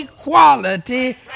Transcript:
equality